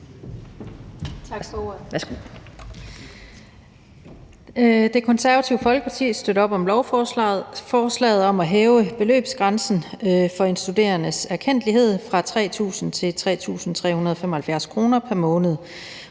Tak for ordet. Det Konservative Folkeparti støtter op om lovforslaget om at hæve beløbsgrænsen for erkendtlighed til studerende fra 3.000 kr. til 3.375 kr. pr. måned